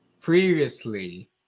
previously